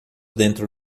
dentro